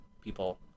people